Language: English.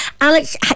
Alex